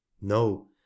no